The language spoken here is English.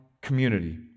community